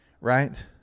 Right